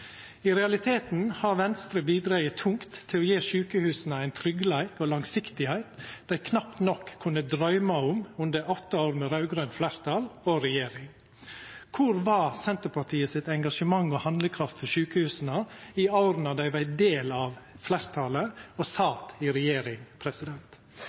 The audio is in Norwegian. I realiteten har Venstre bidrege tungt til å gje sjukehusa ein tryggleik og langsiktigheit dei knapt nok kunne drøyma om under åtte år med raud-grønt fleirtal i regjering. Kor var Senterpartiet sitt engasjement og handlekraft for sjukehusa i dei åra dei var ein del av fleirtalet og